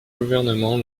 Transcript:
gouvernement